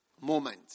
moment